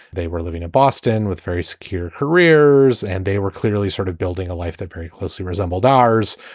they were living in boston with very secure careers. and they were clearly sort of building a life that very closely resembled ours.